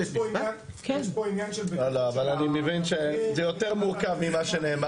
זה יותר מורכב ממה שנאמר,